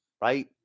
right